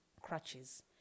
crutches